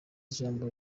ijambo